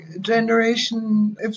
Generation